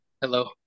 Hello